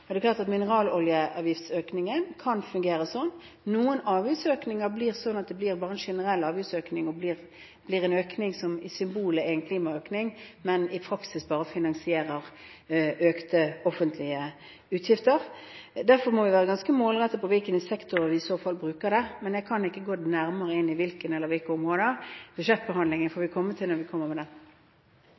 Noen avgiftsøkninger blir bare en generell avgiftsøkning og en økning som symbolsk er en klimaøkning, men som i praksis bare finansierer økte offentlige utgifter. Derfor må vi være ganske målrettete når det gjelder på hvilke sektorer vi i så fall bruker det. Men jeg kan ikke gå nærmere inn i hvilke sektorer eller på hvilke områder. Budsjettbehandlingen får vi ta når vi kommer med